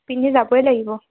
পিন্ধি যাবই লাগিব